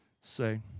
say